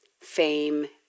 fame